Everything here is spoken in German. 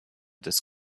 des